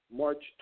March